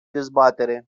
dezbatere